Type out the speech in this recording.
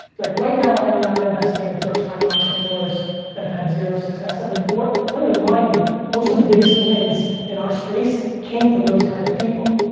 like right now i'm not investing in first time entrepreneurs that have had zero success ever before. let me remind you, most of the biggest wins in our space came from those kind of people.